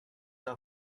are